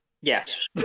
Yes